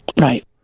Right